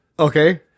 Okay